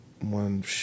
one